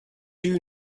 you